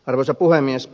arvoisa puhemies